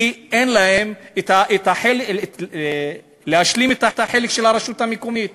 אין להם כדי להשלים את החלק של הרשות המקומית.